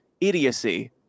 idiocy